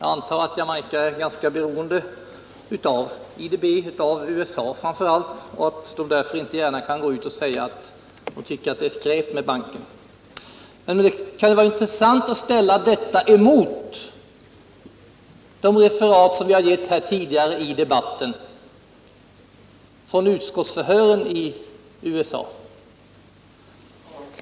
Jag antar att Jamaica är ganska beroende av IDB och framför allt USA och att landet därför inte gärna kan gå ut och säga att man tycker att det är skräp med banken. Men det kan vara intressant att ställa detta emot referaten här tidigare i debatten från utskottsförhören i USA.